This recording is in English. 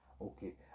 Okay